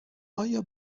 آیا